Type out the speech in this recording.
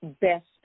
best